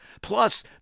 Plus